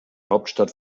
hauptstadt